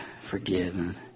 forgiven